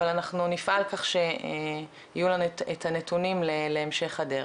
אבל אנחנו נפעל כך שיהיו לנו את הנתונים להמשך הדרך